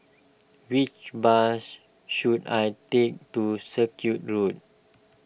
which bus should I take to Circuit Road